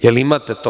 Jel imate to?